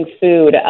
food